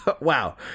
Wow